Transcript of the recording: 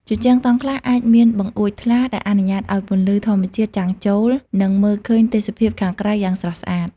ជញ្ជាំងតង់ខ្លះអាចមានបង្អួចថ្លា ដែលអនុញ្ញាតឲ្យពន្លឺធម្មជាតិចាំងចូល និងមើលឃើញទេសភាពខាងក្រៅយ៉ាងស្រស់ស្អាត។